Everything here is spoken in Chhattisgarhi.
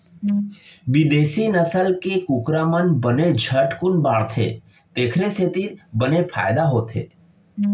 बिदेसी नसल के कुकरा मन बने झटकुन बाढ़थें तेकर सेती बने फायदा होथे